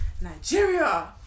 Nigeria